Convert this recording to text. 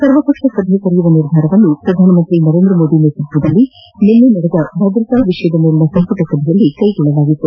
ಸರ್ವ ಪಕ್ಷ ಸಭೆ ಕರೆಯುವ ನಿರ್ಧಾರವನ್ನು ಪ್ರಧಾನಮಂತ್ರಿ ನರೇಂದ್ರ ಮೋದಿ ನೇತೃತ್ವದಲ್ಲಿ ನಿನ್ನೆ ನಡೆದ ಭದ್ರತಾ ವಿಷಯದ ಮೇಲಿನ ಸಂಪುಟ ಸಭೆಯಲ್ಲಿ ಕೈಗೊಳ್ಳಲಾಗಿತು